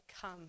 come